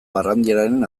barandiaranen